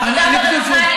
עבודה ורווחה.